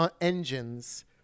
engines